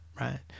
right